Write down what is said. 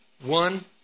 one